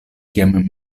kiam